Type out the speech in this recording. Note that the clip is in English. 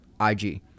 IG